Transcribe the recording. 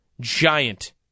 Giant